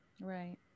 right